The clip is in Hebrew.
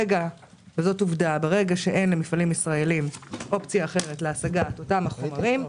זאת עובדה ברגע שאין למפעלים ישראליים אופציה אחרת להשגת אותם חומרים,